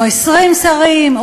או 20 שרים,